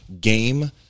game